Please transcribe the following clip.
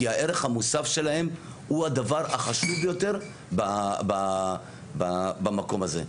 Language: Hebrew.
כי הערך המוסף שלהם הוא הדבר החשוב ביותר במקום הזה.